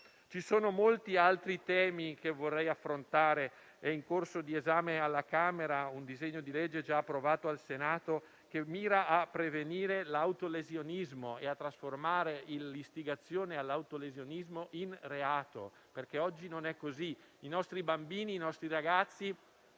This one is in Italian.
Ci sono molti altri temi che vorrei affrontare. È in corso di esame alla Camera un disegno di legge già approvato al Senato che mira a prevenire l'autolesionismo e a trasformare l'istigazione all'autolesionismo in reato. Oggi non è così: i nostri bambini e i nostri ragazzi,